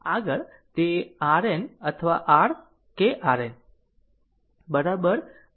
આગળ તે RN અથવા R કે RN r RThevenin